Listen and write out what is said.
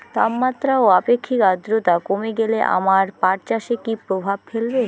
তাপমাত্রা ও আপেক্ষিক আদ্রর্তা কমে গেলে আমার পাট চাষে কী প্রভাব ফেলবে?